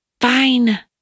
Fine